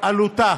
עלותה